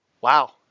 Wow